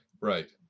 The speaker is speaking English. Right